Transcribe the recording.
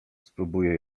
spróbuję